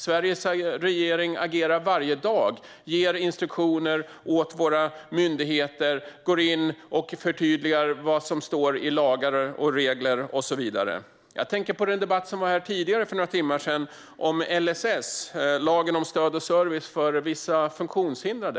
Sveriges regering agerar varje dag, ger instruktioner åt våra myndigheter, går in och förtydligar vad som står i lagar och regler och så vidare. Jag tänker på den debatt om LSS, lagen om stöd och service för vissa funktionshindrade, som hölls här för några timmar sedan.